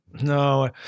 No